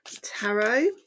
tarot